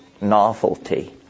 novelty